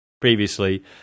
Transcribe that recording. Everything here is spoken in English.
previously